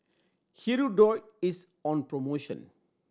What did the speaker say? Hirudoid is on promotion